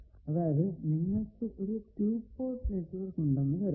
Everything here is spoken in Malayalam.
അതായതു നിങ്ങൾക്കു ഒരു 2 പോർട്ട് നെറ്റ്വർക്ക് ഉണ്ടെന്നു കരുതുക